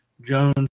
Jones